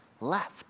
left